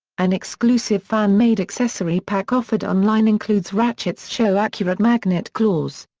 an exclusive fan-made accessory pack offered online includes ratchet's show-accurate magnet claws.